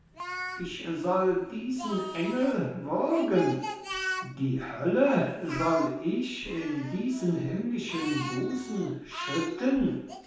rabenvater ich soll diesen engel würgen die hölle soll ich in diesen himmlischen busen schütten